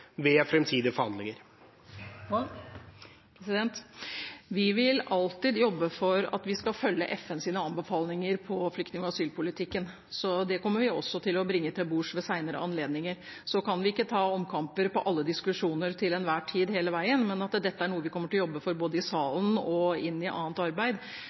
ved fremtidige forhandlinger? Vi vil alltid jobbe for at vi skal følge FNs anbefalinger i flyktning- og asylpolitikken. Det kommer vi også til å bringe til bords ved senere anledninger. Vi kan ikke ta omkamper på alle diskusjoner til enhver tid hele veien, men dette er noe vi kommer til å jobbe for både i salen og i annet arbeid.